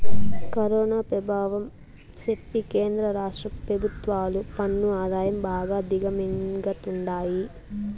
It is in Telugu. కరోనా పెభావం సెప్పి కేంద్ర రాష్ట్ర పెభుత్వాలు పన్ను ఆదాయం బాగా దిగమింగతండాయి